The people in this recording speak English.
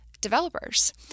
developers